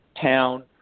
Town